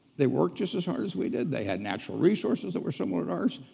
they worked just as hard as we did. they had natural resources that were similar to our.